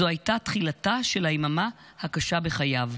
זו הייתה תחילתה של היממה הקשה ביחד,